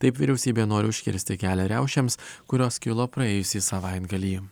taip vyriausybė nori užkirsti kelią riaušėms kurios kilo praėjusį savaitgalį